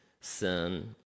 sin